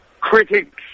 critics